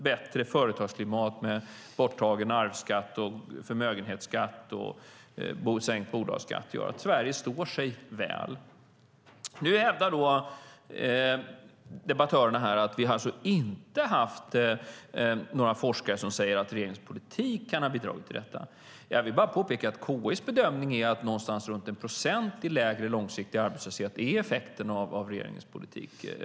Bättre företagsklimat med borttagen arvsskatt och förmögenhetsskatt och sänkt bolagsskatt gör att Sverige står sig väl. Nu hävdar debattörerna här att vi inte har haft några forskare som sagt att regeringens politik kan ha bidragit till detta. Jag vill bara påpeka att KI:s bedömning är att någonstans runt 1 procent i lägre långsiktig arbetslöshet är effekten av regeringens politik.